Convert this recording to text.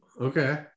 okay